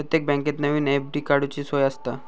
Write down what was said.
प्रत्येक बँकेत नवीन एफ.डी काडूची सोय आसता